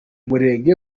murenge